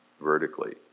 vertically